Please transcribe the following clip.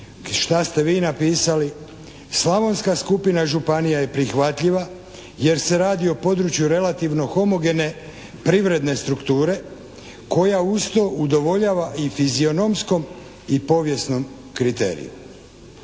šta ste vi napisali. Slavonska skupina županija je prihvatljiva jer se radi o području relativno homogene privredne strukture koja usto udovoljava i fizionomskom i povijesnom kriteriju.